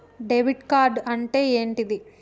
Debit card అంటే ఏంటిది?